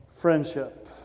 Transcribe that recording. friendship